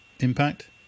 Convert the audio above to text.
Impact